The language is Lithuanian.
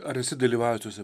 ar esi dalyvavęs tose